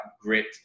grit